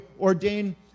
ordain